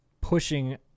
pushing